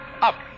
Up